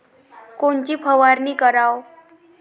कोनची फवारणी कराव?